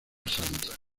santa